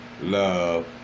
love